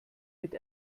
mit